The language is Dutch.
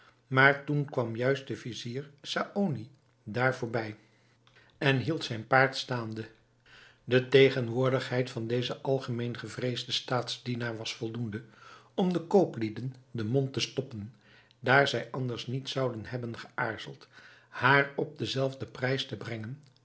maar toen kwam juist de vizier saony daar voorbij en hield zijn paard staande de tegenwoordigheid van dezen algemeen gevreesden staatsdienaar was voldoende om de kooplieden den mond te stoppen daar zij anders niet zouden hebben geäarzeld haar op den zelfden prijs te brengen